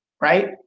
right